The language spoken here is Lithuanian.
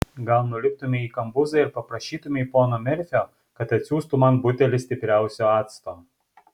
gal nuliptumei į kambuzą ir paprašytumei pono merfio kad atsiųstų man butelį stipriausio acto